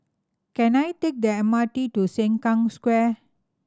can I take the M R T to Sengkang Square